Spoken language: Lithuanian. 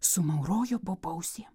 sumaurojo bobausė